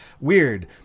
weird